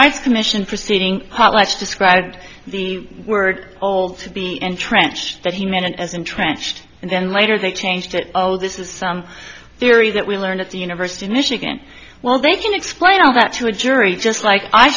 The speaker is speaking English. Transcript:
rights commission proceeding potlatch described the word all to be entrenched that he meant it as entrenched and then later they changed it oh this is some theory that we learned at the university of michigan well they can explain all that to a jury just like i